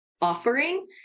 offering